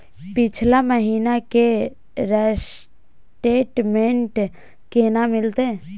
पिछला महीना के स्टेटमेंट केना मिलते?